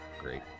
Great